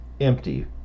empty